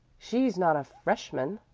she's not a freshman,